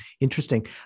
interesting